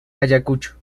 ayacucho